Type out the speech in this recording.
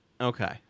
Okay